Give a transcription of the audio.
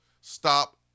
stop